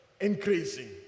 increasing